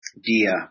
dia